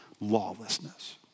lawlessness